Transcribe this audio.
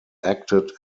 acted